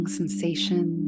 sensation